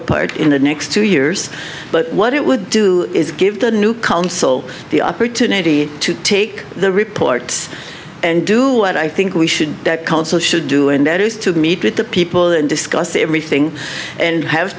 apart in the next two years but what it would do is give the new consul the opportunity to take the reports and do what i think we should consul should do and that is to meet with the people and discuss everything and have